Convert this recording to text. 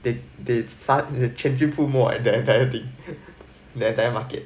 they they su~ they changing food more at the entire thing the entire market